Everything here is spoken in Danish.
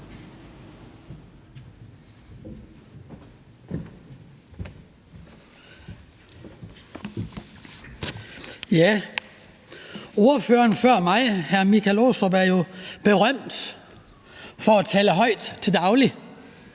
Ordføreren før mig, hr. Michael Aastrup Jensen, er jo berømt for at tale højt til daglig,